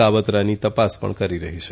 કાવત્રાની તપાસ કરી રહી છે